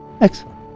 Excellent